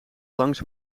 langs